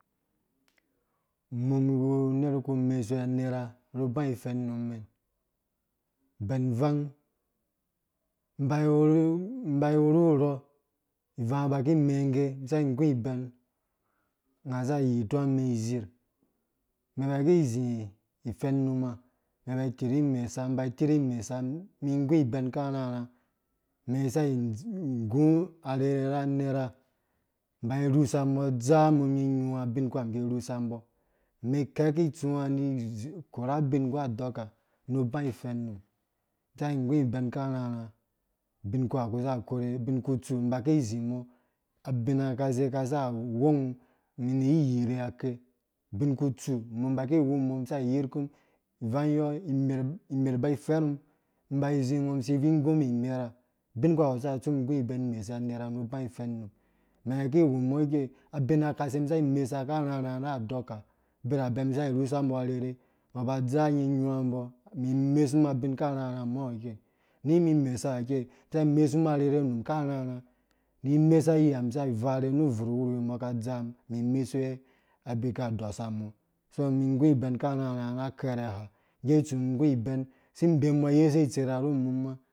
Mum wu nerh kunĩ mesuwe anerha nu bã ifɛn numɛn beln vang mba wurhu mba iwurhu uro ivangã ba ki mɛɛ ngge mĩ saki ngũ ibɛn ngã za yituwa mĩ zirh mɛn baki zɨ ifɛn numã mɛn ba tirhi mesa mum bai tirhi mesa mĩ ngũ ibɛn akarhãrhã mɛn sai ngʊ arherhe ra nerha mĩ nai rusa mbɔ dzam nyũwá binkuwa ki rusa mbɔ nĩ kɛki tsũwã nĩ korha bin ngu adɔka nũ bã ifɛm num saki gũ ibɛn akarhãrhã bin kawu ku saku korhe binkutsu mĩ mbaki zĩ mɔ bingãka se kasa ghɔng mĩ zĩ nĩ yirhuwe binhuwe binkutsu mba ki wumɔ mi saki. yirhu kum ivanyo ivangyɔ imer imer ba ifɛrh mum mba zɨ mi sivi ngũ imerha binkuwa nukpo ku saku tsu mĩ ngu ibẽn imesuweanerha nũ bã ifɛn num mɛn baki wu mɔ ikei abinakase mɛn saki mesa akarhãrhã na andoka birabɛ mi saki rhusa mbɔ arherhe mbo ba dzam inyũwã mbɔ mĩ mesu abina kase mɔ ha okei nĩ mĩ mesa ikei nĩ mesa yiha mĩ mesuwe abi kadɔsa mɔso mĩ gũ ibɛn karhãrhã na kɛrhɛ ha ngeya itsu mĩ gũ ibẽn si mbẽm mbo yese itserha rhu mum mã